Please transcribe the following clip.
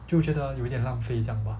就觉得有一点浪费这样吧